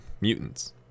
mutants